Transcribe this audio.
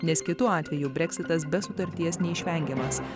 nes kitu atveju breksitas be sutarties neišvengiama